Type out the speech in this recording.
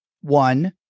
one